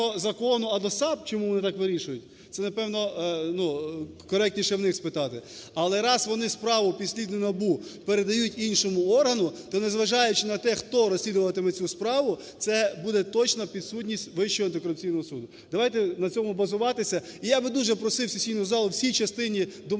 закону, а до САП, чому вони так вирішують. Це, напевно, ну, коректніше у них спитати. Але, раз вони справу, підслідну НАБУ, передають іншому органу та, незважаючи на те, хто розслідуватиме цю справу, це буде точно підсудність Вищого антикорупційного суду. Давайте на цьому базуватися. І я би дуже просив сесійну залу в цій частині домовленості